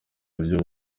buryo